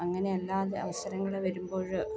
അങ്ങനെ അല്ലാതെ അവസരങ്ങൾ വരുമ്പോൾ